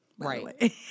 Right